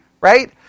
right